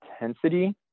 intensity